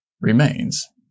remains